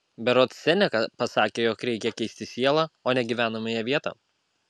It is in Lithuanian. berods seneka pasakė jog reikia keisti sielą o ne gyvenamąją vietą